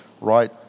right